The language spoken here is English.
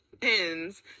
pins